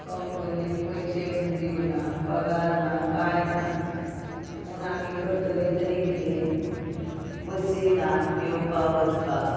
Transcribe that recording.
कंपनीन पयशे दिवना पगार ना कांय ना पूण आमी करतलीं तरी कितें बसी ना येवपा वचपा